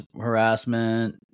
harassment